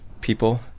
people